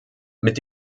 mit